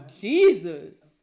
jesus